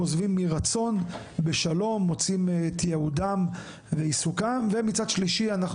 עוזבים בשלום מרצון מוציאים תעודה בעיסוקים ומצד שלישי אנחנו